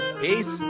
Peace